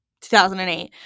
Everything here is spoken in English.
2008